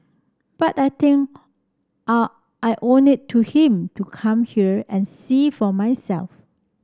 but I think I I owe it to him to come here and see for myself